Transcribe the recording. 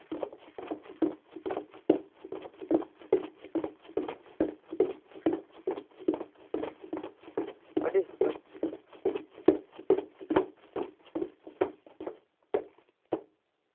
ᱟᱹᱰᱤ